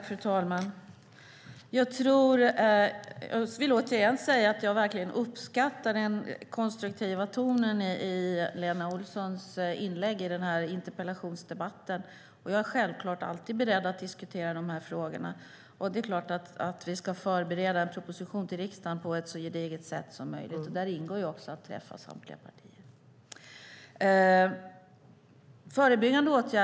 Fru talman! Jag vill återigen säga att jag verkligen uppskattar den konstruktiva tonen i Lena Olssons inlägg i den här interpellationsdebatten. Jag är självklart alltid beredd att diskutera de här frågorna. Vi ska naturligtvis förbereda en proposition till riksdagen på ett så gediget sätt som möjligt; där ingår också att träffa samtliga partier.